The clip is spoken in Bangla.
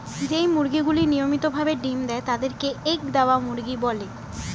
যেই মুরগিগুলি নিয়মিত ভাবে ডিম্ দেয় তাদের কে এগ দেওয়া মুরগি বলে